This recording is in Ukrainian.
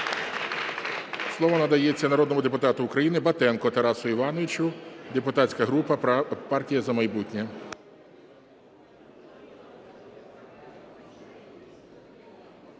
Слово надається народному депутату України Батенку Тарасу Івановичу, депутатська група "Партія "За майбутнє".